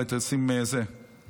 אז אולי תן פתק.